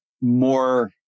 more